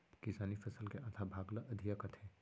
किसानी फसल के आधा भाग ल अधिया कथें